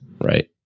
right